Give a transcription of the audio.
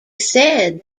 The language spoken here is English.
said